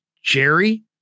Jerry